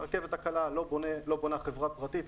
את הרכבת הקלה לא בונה חברה פרטית,